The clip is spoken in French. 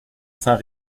saint